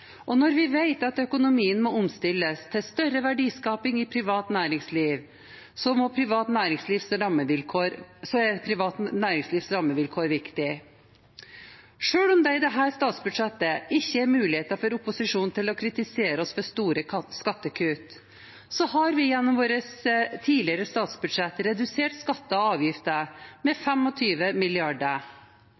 og når vi vet at økonomien må omstilles til større verdiskaping i privat næringsliv, er privat næringslivs rammevilkår viktig. Selv om det i dette statsbudsjettet ikke er muligheter for opposisjonen til å kritisere oss for store skattekutt, har vi gjennom våre tidligere statsbudsjett redusert skatter og avgifter med